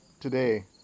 today